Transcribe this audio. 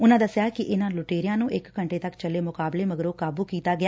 ਉਨੂਾ ਦਸਿਆ ਕਿ ਇਨੂਾ ਲੁਟੇਰਿਆ ਨੂ ਇਕ ਘੰਟੇ ਤੱਕ ਚਲੇ ਮੁਕਾਬਲੇ ਮਗਰੋ ਕਾਬੂ ਕੀਤਾ ਗਿਆ